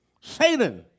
Satan